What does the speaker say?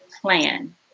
plan